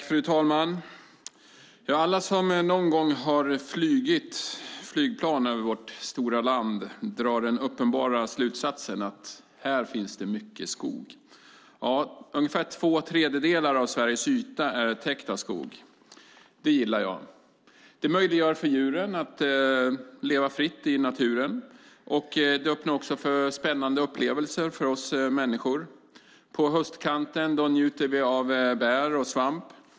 Fru talman! Alla som någon gång har flugit över vårt stora land drar den uppenbara slutsatsen att här finns det mycket skog. Ungefär två tredjedelar av Sveriges yta är täckt av skog. Det gillar jag. Det möjliggör för djuren att leva fritt i naturen, och det öppnar också för spännande upplevelser för oss människor. På höstkanten njuter vi av bär och svamp.